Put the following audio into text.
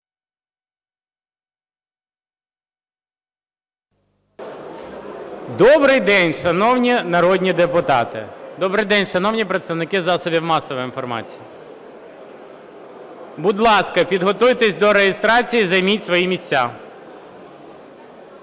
Добрий день, шановні народні депутати! Добрий день, шановні представники засобів масової інформації! Будь ласка, підготуйтеся до реєстрації, займіть свої місця.